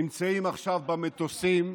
נמצאים עכשיו במטוסים,